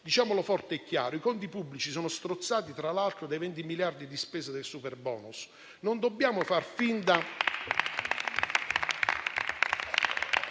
Diciamolo forte e chiaro: i conti pubblici sono strozzati, tra l'altro, dai venti miliardi di spese del superbonus.